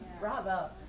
Bravo